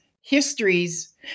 histories